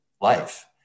life